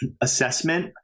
assessment